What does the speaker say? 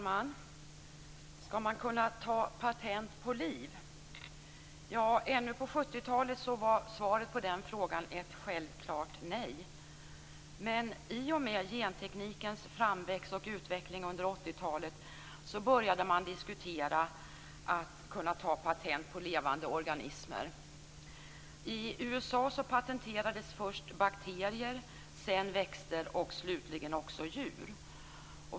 Fru talman! Skall man kunna ta patent på liv? Ännu på 1970-talet var svaret på den frågan ett självklart nej, men i och med genteknikens framväxt och utveckling under 1980-talet började man diskutera att kunna ta patent på levande organismer. I USA patenterades först bakterier, sedan växter och slutligen också djur.